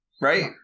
right